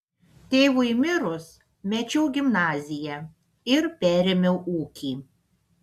tėvui mirus mečiau gimnaziją ir perėmiau ūkį